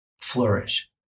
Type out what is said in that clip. flourish